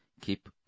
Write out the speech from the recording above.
keep